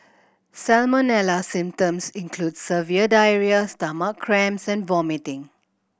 salmonella symptoms include severe diarrhoea stomach cramps and vomiting